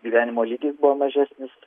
gyvenimo lygis buvo mažesnis